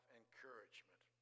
encouragement